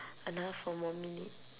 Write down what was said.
another four more minute